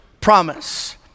promise